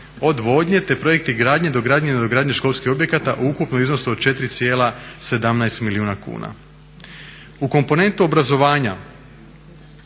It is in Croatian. odvodnje te projekti gradnje, dogradnje i nadogradnje školskih objekata u ukupnom iznosu od 4,17 milijuna kuna. U komponentu obrazovanja